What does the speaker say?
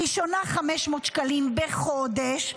הראשונה, 500 שקלים בחודש,